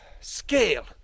scale